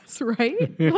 right